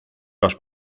los